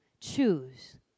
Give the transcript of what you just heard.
choose